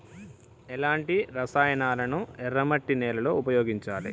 ఎలాంటి రసాయనాలను ఎర్ర మట్టి నేల లో ఉపయోగించాలి?